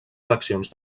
eleccions